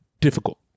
difficult